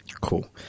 cool